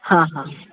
हांहां